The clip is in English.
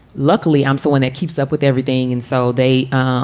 luckily, i'm someone that keeps up with everything. and so they